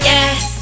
Yes